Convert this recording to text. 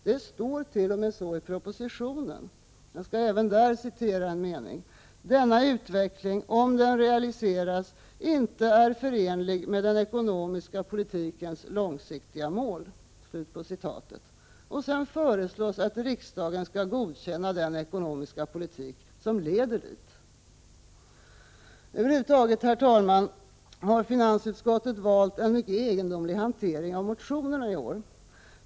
Det står t.o.m. i propositionen att ”denna utveckling, om den realiseras, inte är förenlig med den ekonomiska politikens långsiktiga mål”. Och sedan föreslås att riksdagen skall godkänna den ekonomiska politik som leder dit! Över huvud taget, herr talman, har finansutskottet valt en mycket egendomlig hantering av motionerna i år.